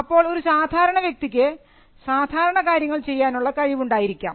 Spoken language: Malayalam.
അപ്പോൾ ഒരു സാധാരണ വ്യക്തിക്ക് സാധാരണ കാര്യങ്ങൾ ചെയ്യാനുള്ള കഴിവുകൾ ഉണ്ടായിരിക്കാം